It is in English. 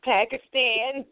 Pakistan